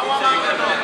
מה הוא אמר ללוט.